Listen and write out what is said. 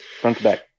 Front-to-back